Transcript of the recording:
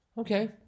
okay